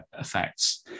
effects